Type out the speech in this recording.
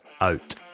out